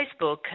Facebook